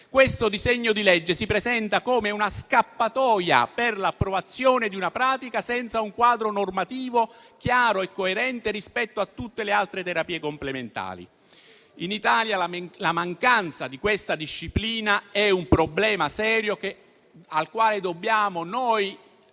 Questo disegno di legge si presenta come una scappatoia per l'approvazione di una pratica senza un quadro normativo chiaro e coerente rispetto a tutte le altre terapie complementari. In Italia, la mancanza di questa disciplina è un problema serio, al quale dobbiamo noi